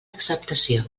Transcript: acceptació